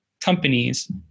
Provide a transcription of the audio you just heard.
companies